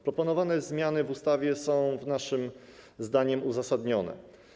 Proponowane zmiany w ustawie są naszym zdaniem uzasadnione.